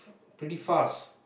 pretty fast